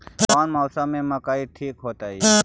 कौन मौसम में मकई ठिक होतइ?